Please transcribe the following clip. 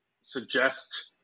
suggest